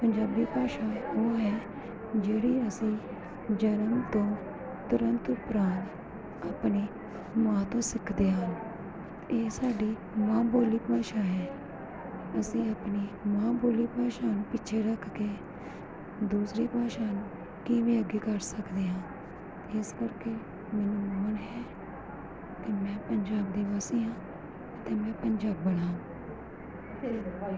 ਪੰਜਾਬੀ ਭਾਸ਼ਾ ਉਹ ਹੈ ਜਿਹੜੀ ਅਸੀਂ ਜਨਮ ਤੋਂ ਤੁਰੰਤ ਉਪ੍ਰਾਨ ਆਪਣੀ ਮਾਂ ਤੋਂ ਸਿੱਖਦੇ ਹਾਂ ਇਹ ਸਾਡੀ ਮਾਂ ਬੋਲੀ ਭਾਸ਼ਾ ਹੈ ਅਸੀਂ ਆਪਣੀ ਮਾਂ ਬੋਲੀ ਭਾਸ਼ਾ ਨੂੰ ਪਿੱਛੇ ਰੱਖ ਕੇ ਦੂਸਰੀ ਭਾਸ਼ਾ ਨੂੰ ਕਿਵੇਂ ਅੱਗੇ ਕਰ ਸਕਦੇ ਹਾਂ ਇਸ ਕਰਕੇ ਮੈਨੂੰ ਮਾਣ ਹੈ ਕਿ ਮੈਂ ਪੰਜਾਬ ਦੀ ਵਾਸੀ ਹਾਂ ਅਤੇ ਮੈਂ ਪੰਜਾਬਣ ਹਾਂ